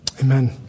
Amen